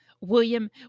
William